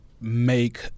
make